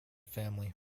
family